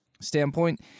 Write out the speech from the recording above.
standpoint